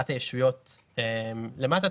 חבר בני אדם המחזיק,